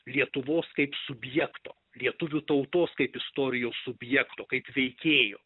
lietuvos kaip subjekto lietuvių tautos kaip istorijos subjekto kaip veikėjo